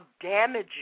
damaging